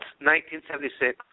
1976